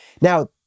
Now